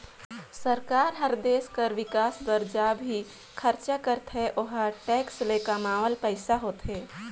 सरकार हर देस कर बिकास बर ज भी खरचा करथे ओहर टेक्स ले कमावल पइसा होथे